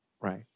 Right